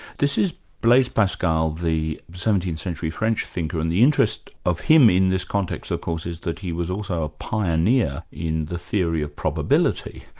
this is blaise pascal, the seventeenth century french thinker. and the interest of him in this context of course, is that he was also a pioneer in the theory of probability.